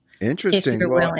Interesting